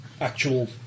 actual